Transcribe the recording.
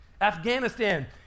Afghanistan